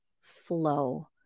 flow